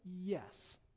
Yes